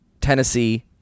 Tennessee